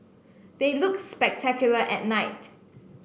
they look spectacular at night